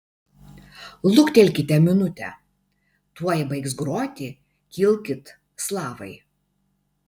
luktelkite minutę tuoj baigs groti kilkit slavai